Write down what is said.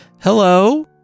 hello